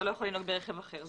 אתה לא יכול לנהוג ברכב אחר.